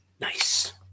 nice